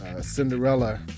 Cinderella